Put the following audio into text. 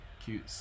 Cute